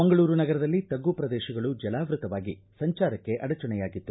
ಮಂಗಳೂರು ನಗರದಲ್ಲಿ ತಗ್ಗು ಪ್ರದೇಶಗಳು ಜಲಾವೃತವಾಗಿ ಸಂಚಾರಕ್ಕೆ ಅಡಚಣೆಯಾಗಿತ್ತು